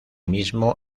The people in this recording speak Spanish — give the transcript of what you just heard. mismo